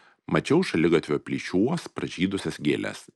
mačiau šaligatvio plyšiuos pražydusias gėles